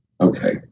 okay